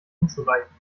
unzureichend